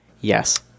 Yes